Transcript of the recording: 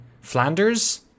Flanders